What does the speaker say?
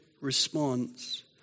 response